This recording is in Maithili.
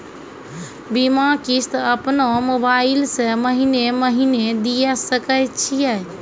बीमा किस्त अपनो मोबाइल से महीने महीने दिए सकय छियै?